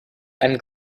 and